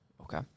Okay